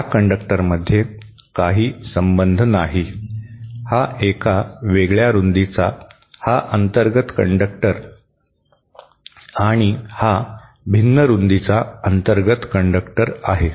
या कंडक्टरमध्ये काही संबंध नाही हा एका वेगळ्या रुंदीचा हा अंतर्गत कंडक्टर आणि हा भिन्न रुंदीचा अंतर्गत कंडक्टर आहे